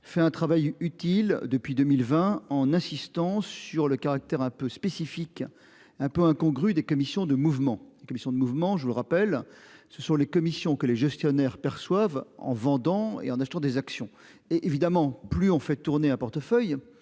fait un travail utile. Depuis 2020, en insistant sur le caractère un peu spécifique, un peu incongru, des commissions de mouvement commissions de mouvement, je le rappelle ce sont les commissions que les gestionnaires perçoivent en vendant et en achetant des actions et évidemment, plus on fait tourner un portefeuille